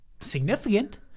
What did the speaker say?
significant